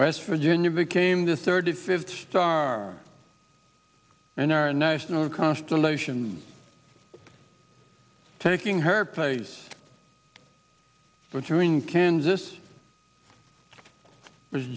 west virginia became the thirty fifth star in our national constellations taking her place between kansas